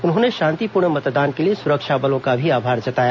उन्होंने शांतिपूर्ण मतदान के लिए सुरक्षा बलों का भी आभार जताया